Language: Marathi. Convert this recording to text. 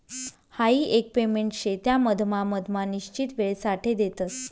हाई एक पेमेंट शे त्या मधमा मधमा निश्चित वेळसाठे देतस